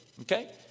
Okay